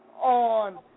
on